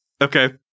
Okay